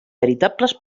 veritables